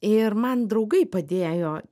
ir man draugai padėjo